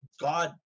god